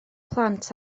plant